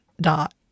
dot